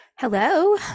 Hello